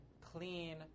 clean